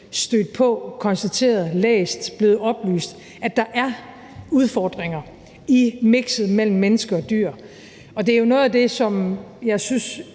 stødt på, har konstateret og læst og er blevet oplyst om, at der er udfordringer i mikset mellem mennesker og dyr, og det er jo noget af det, som jeg synes